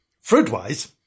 Fruit-wise